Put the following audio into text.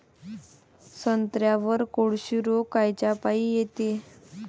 संत्र्यावर कोळशी रोग कायच्यापाई येते?